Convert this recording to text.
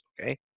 Okay